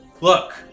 look